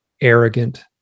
arrogant